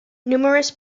numerous